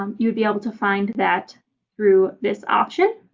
um you would be able to find that through this option.